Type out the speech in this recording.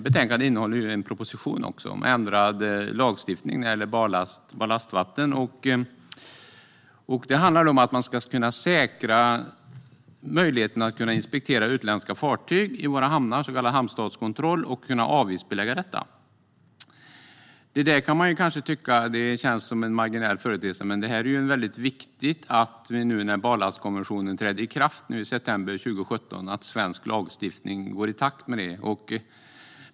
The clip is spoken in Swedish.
Betänkandet innehåller en proposition om ändrad lagstiftning när det gäller barlastvatten. Det handlar om att man ska kunna säkra möjligheten att inspektera utländska fartyg i våra hamnar, så kallad hamnstatskontroll, och att kunna avgiftsbelägga detta. Man kan tycka att detta känns som en marginell företeelse, men nu när barlastkonventionen träder i kraft i september 2017 är det viktigt att svensk lagstiftning går i takt med den.